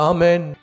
Amen